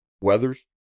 weathers